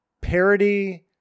parody